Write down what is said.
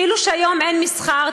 כאילו שהיום אין מסחר,